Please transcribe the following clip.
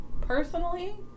personally